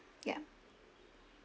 ya